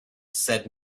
said